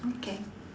okay